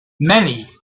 many